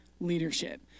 leadership